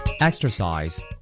Exercise